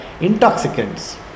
intoxicants